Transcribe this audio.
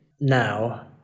now